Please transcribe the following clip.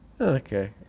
Okay